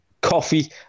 coffee